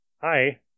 hi